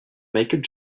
michael